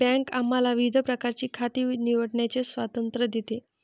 bank आम्हाला विविध प्रकारची खाती निवडण्याचे स्वातंत्र्य देते